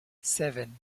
seven